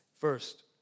First